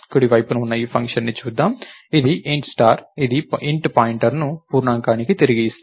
కుడి వైపున ఉన్న ఈ ఫంక్షన్ను చూద్దాం ఇది Int స్టార్ ఇది పాయింటర్ను పూర్ణాంకానికి తిరిగి ఇస్తుంది